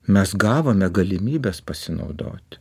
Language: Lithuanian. mes gavome galimybes pasinaudoti